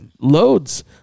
loads